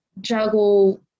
juggle